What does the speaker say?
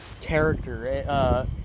character